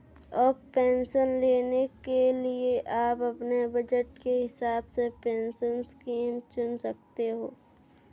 अब पेंशन लेने के लिए आप अपने बज़ट के हिसाब से पेंशन स्कीम चुन सकते हो